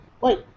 Wait